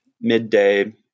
midday